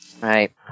Right